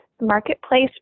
marketplace